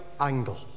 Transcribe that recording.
angle